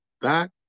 back